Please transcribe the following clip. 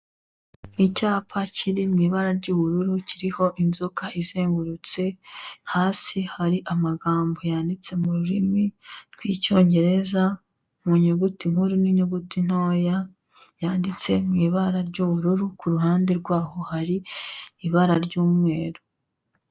Icyapa kiri mu ibara ry'ubururu kiriho inzoka izengurutse, hasi hari amagambo yanditse mu rurimi rw'icyongereza, mu nyuguti nkuru n'inyuguti ntoya, yanditse mu ibara ry'ubururu, ku ruhande rwaho hari ibara ry'umweru.